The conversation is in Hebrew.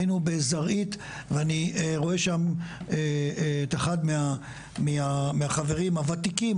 היינו בזרעית ואני רואה שם את אחד מהחברים הוותיקים,